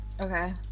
Okay